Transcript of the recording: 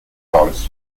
policy